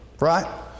right